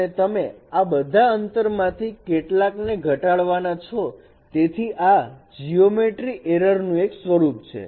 અને તમે આ બધા અંતરમાંથી કેટલાકને ઘટાડવાના છો તેથી આ જીયોમેટ્રિ એરર નું એક સ્વરૂપ છે